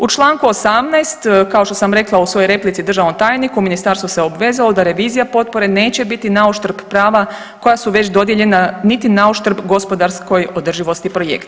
U Članku 18. kao što sam rekla u svojoj replici državnom tajniku, ministarstvo se obvezalo da revizija potpore neće biti nauštrb prava koja su već dodijeljena niti nauštrb gospodarskoj održivosti projekta.